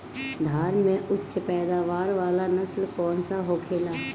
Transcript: धान में उच्च पैदावार वाला नस्ल कौन सा होखेला?